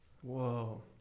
Whoa